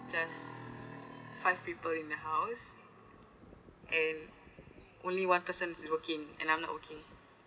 just five people in the house and only one person is working and I'm not working